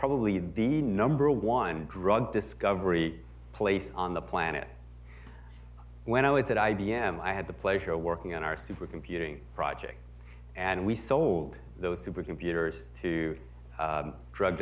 probably the number one drug discovery place on the planet when i was at i b m i had the pleasure of working on our supercomputing project and we sold those supercomputers to drug